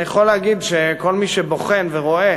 אני יכול להגיד שכל מי שבוחן ורואה